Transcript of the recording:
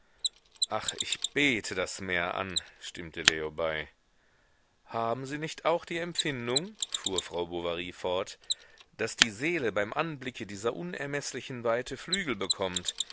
ach ich bete das meer an stimmte leo bei haben sie nicht auch die empfindung fuhr frau bovary fort daß die seele beim anblicke dieser unermeßlichen weite flügel bekommt